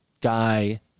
guy